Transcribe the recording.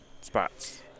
spots